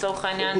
לצורך העניין,